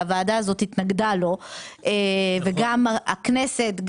שהוועדה הזאת התנגדה לו וגם הכנסת,